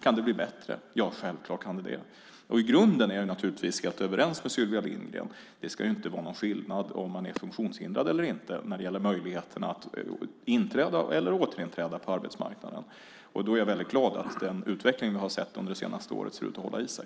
Kan det bli bättre? Ja, självklart. I grunden är jag naturligtvis helt överens med Sylvia Lindgren om att det inte ska vara någon skillnad om man är funktionshindrad eller inte när det gäller möjligheten att inträda eller återinträda på arbetsmarknaden. Jag är därför mycket glad att den utveckling vi har sett under det senaste året ser ut att hålla i sig.